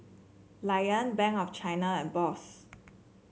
Lion Bank of China and Bosch